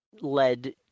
led